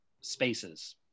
spaces